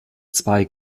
zwei